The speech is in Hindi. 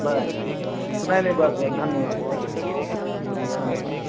बस बस नहीं नहीं बस बस धन्यवाद सर धन्यवाद